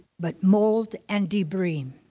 but mold and debris.